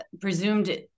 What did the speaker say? presumed